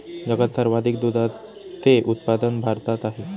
जगात सर्वाधिक दुधाचे उत्पादन भारतात आहे